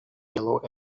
yellow